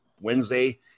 Wednesday